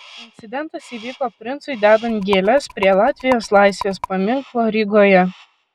incidentas įvyko princui dedant gėles prie latvijos laisvės paminklo rygoje